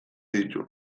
ditu